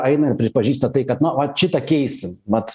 eina ir pripažįsta tai kad na va šitą keisim vat